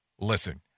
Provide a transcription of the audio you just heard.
Listen